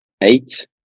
eight